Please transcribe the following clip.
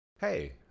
Hey